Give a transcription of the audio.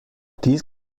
dies